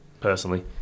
personally